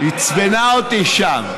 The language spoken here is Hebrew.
היא עצבנה אותי שם.